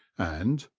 and,